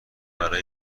برای